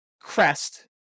crest